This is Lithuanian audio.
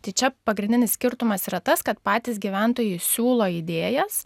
tai čia pagrindinis skirtumas yra tas kad patys gyventojai siūlo idėjas